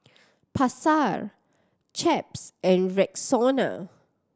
Pasar Chaps and Rexona